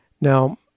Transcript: Now